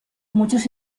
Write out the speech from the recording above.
muchos